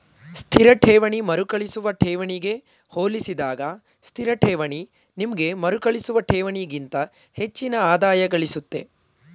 ಸ್ಥಿರ ಠೇವಣಿ ಮರುಕಳಿಸುವ ಠೇವಣಿಗೆ ಹೋಲಿಸಿದಾಗ ಸ್ಥಿರಠೇವಣಿ ನಿಮ್ಗೆ ಮರುಕಳಿಸುವ ಠೇವಣಿಗಿಂತ ಹೆಚ್ಚಿನ ಆದಾಯಗಳಿಸುತ್ತೆ